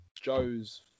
Joe's